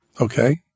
okay